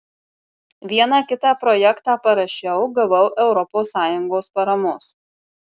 vieną kitą projektą parašiau gavau europos sąjungos paramos